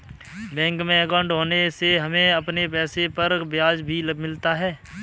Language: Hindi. बैंक में अंकाउट होने से हमें अपने पैसे पर ब्याज भी मिलता है